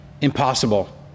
impossible